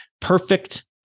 perfect